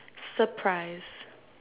surprise